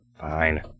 fine